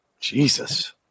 Jesus